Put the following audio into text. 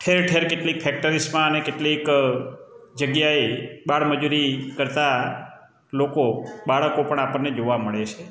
ઠેર ઠેર કેટલીક ફેક્ટરીસમાં ને કેટલીક જગ્યાએ બાળમજૂરી કરતાં લોકો બાળકો પણ આપણને જોવા મળે છે